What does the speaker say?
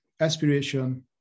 aspiration